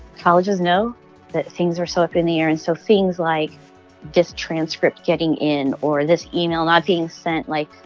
colleges know that things are so up in the air, and so things like this transcript getting in or this email not being sent like,